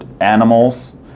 animals